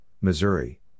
Missouri